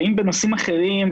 ואם בנושאים אחרים,